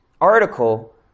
article